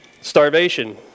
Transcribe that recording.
Starvation